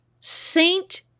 Saint